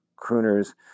Crooner's